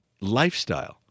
lifestyle